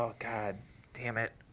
ah god damn it.